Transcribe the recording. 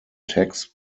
tax